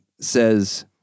says